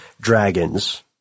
dragons